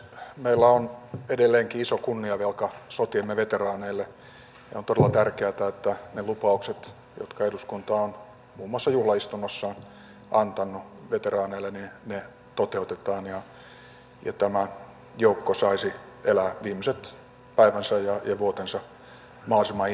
meillä on edelleenkin iso kunniavelka sotiemme veteraaneille ja on todella tärkeätä että ne lupaukset jotka eduskunta on muun muassa juhlaistunnossaan antanut veteraaneille toteutetaan ja tämä joukko saisi elää viimeiset päivänsä ja vuotensa mahdollisimman inhimillisesti